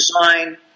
design